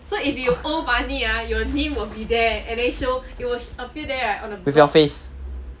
with your face